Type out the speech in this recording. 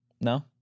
No